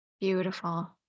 Beautiful